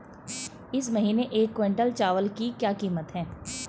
इस महीने एक क्विंटल चावल की क्या कीमत है?